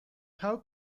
how